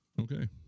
Okay